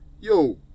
yo